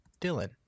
Dylan